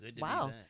wow